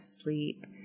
sleep